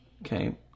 okay